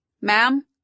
Ma'am